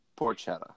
Porchetta